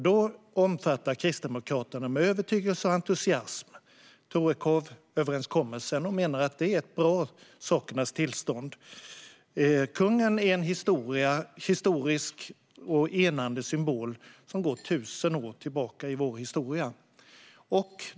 Då omfattar Kristdemokraterna Torekovsöverenskommelsen med övertygelse och entusiasm och menar att det är ett bra sakernas tillstånd. Kungen är en historisk och enande symbol som går tusen år tillbaka i vår historia.